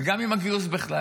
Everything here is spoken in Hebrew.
וגם עם הגיוס בכלל,